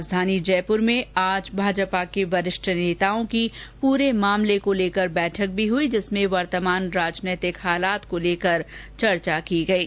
राजधानी जयपूर में आज भाजपा के वरिष्ठ नेताओं की पूरे मामले को लेकर बैठक भी हई जिसमें वर्तमान राजनीतिक हालात को लेकर चर्चा की गयी